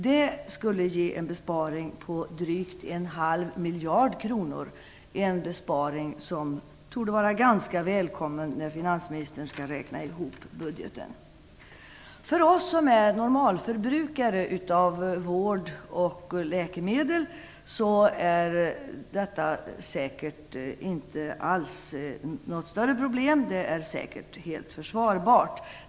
Det skulle ge en besparing på drygt en halv miljard kronor. Det är en besparing som torde vara ganska välkommen när finansministern skall räkna ihop budgeten. För oss som är normalförbrukare av vård och läkemedel är detta säkert inte alls något större problem. Det är säkert helt försvarbart.